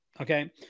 Okay